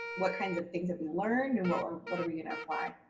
what kinds of things have we learned and what are what are we going to apply?